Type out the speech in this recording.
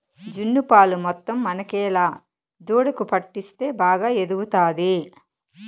జున్ను పాలు మొత్తం మనకేలా దూడకు పట్టిస్తే బాగా ఎదుగుతాది